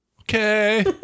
Okay